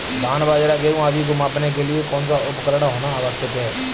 धान बाजरा गेहूँ आदि को मापने के लिए कौन सा उपकरण होना आवश्यक है?